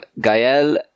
Gael